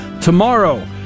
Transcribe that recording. Tomorrow